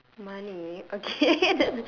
money okay